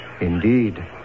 Indeed